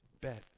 Bet